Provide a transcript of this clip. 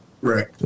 right